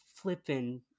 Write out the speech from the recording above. flipping